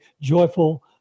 joyful